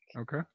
Okay